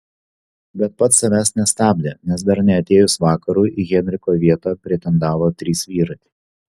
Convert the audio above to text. bet pats savęs nestabdė nes dar neatėjus vakarui į henriko vietą pretendavo trys vyrai